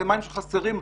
אלה מים שחסרים לחקלאים,